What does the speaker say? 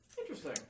Interesting